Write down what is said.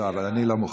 אבל אני לא מוכן.